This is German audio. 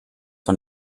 von